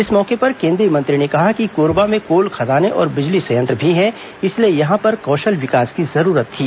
इस मौके पर केंद्रीय मंत्री ने कहा कि कोरबा में कोल खदानें और बिजली संयंत्र भी हैं इसलिए यहां पर कौशल विकास की जरूरत थी